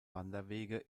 wanderwege